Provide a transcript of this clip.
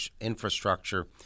infrastructure